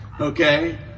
okay